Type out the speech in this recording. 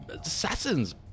assassins